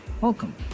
Welcome